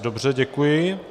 Dobře, děkuji.